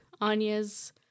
Anya's